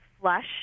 flush